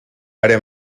área